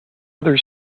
other